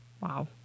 Wow